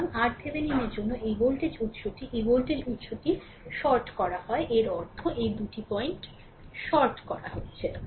সুতরাং RThevenin জন্য এই ভোল্টেজ উত্সটি এই ভোল্টেজ উত্সটি short করা হয় এর অর্থ এই দুটি পয়েন্টটি short করা হয়েছে